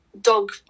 dog